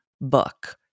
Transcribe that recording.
book